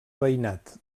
veïnat